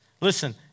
listen